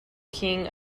king